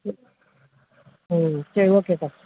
ம் சரி ஓகே அக்கா